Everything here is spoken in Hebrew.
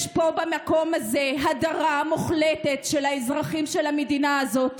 יש פה במקום הזה הדרה מוחלטת של האזרחים של המדינה הזאת.